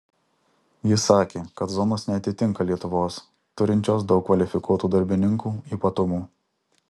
jis sakė kad zonos neatitinka lietuvos turinčios daug kvalifikuotų darbininkų ypatumų